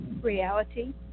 reality